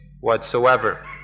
whatsoever